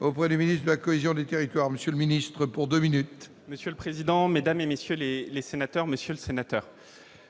auprès du ministre de la cohésion des territoires, monsieur le ministre, pour 2 minutes. Monsieur le président, Mesdames et messieurs les les sénateurs, Monsieur le Sénateur,